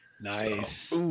Nice